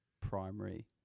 primary